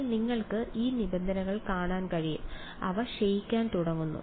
എന്നാൽ നിങ്ങൾക്ക് ഈ നിബന്ധനകൾ കാണാൻ കഴിയും അവ ക്ഷയിക്കാൻ തുടങ്ങുന്നു